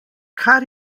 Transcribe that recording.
kar